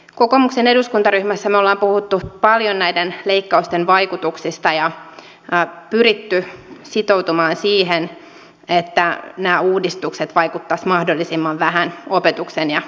kokoomuksen eduskuntaryhmässä me olemme puhuneet paljon näiden leikkausten vaikutuksista ja pyrkineet sitoutumaan siihen että nämä uudistukset vaikuttaisivat mahdollisimman vähän opetuksen ja koulutuksen laatuun